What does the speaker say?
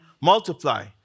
multiply